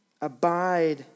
abide